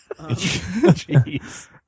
Jeez